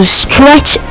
stretch